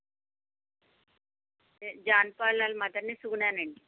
John Paul వాళ్ళ మదర్ని అండి సుగుణని అండి